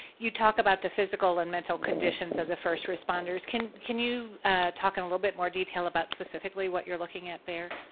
you talk about the physical and mental conditions of the first responders. can can you talk in a little bit more detail about specifically what you're looking at there?